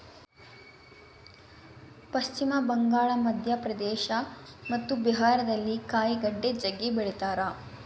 ಪಶ್ಚಿಮ ಬಂಗಾಳ, ಮಧ್ಯಪ್ರದೇಶ ಮತ್ತು ಬಿಹಾರದಲ್ಲಿ ಕಾಯಿಗಡ್ಡೆ ಜಗ್ಗಿ ಬೆಳಿತಾರ